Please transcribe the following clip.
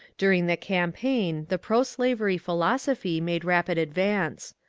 during the campaign the proslavery philosophy made rapid advance.